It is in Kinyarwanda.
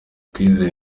kwizera